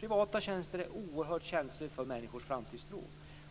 Privata tjänster är oerhört känsliga för människors framtidstro.